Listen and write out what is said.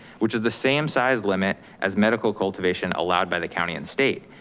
which is the same size limit as medical cultivation allowed by the county and state.